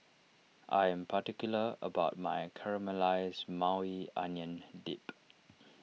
I am particular about my Caramelized Maui Onion Dip